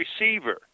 receiver